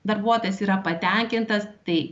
darbuotojas yra patenkintas tai